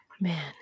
man